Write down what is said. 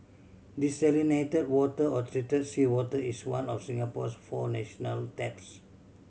desalinated water or treated seawater is one of Singapore's four national taps